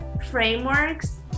frameworks